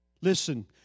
Listen